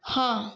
हाँ